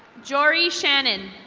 joorey shannon.